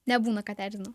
nebūna kad erzina